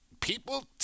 people